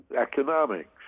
economics